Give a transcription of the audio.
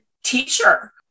Teacher